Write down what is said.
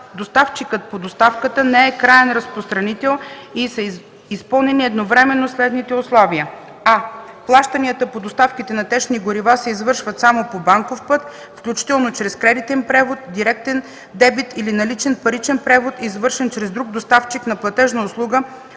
доставчикът по доставката не е краен разпространител и са изпълнени едновременно следните условия: а) плащанията по доставките на течни горива се извършват само по банков път, включително чрез кредитен превод, директен дебит или наличен паричен превод, извършен чрез друг доставчик на платежна услуга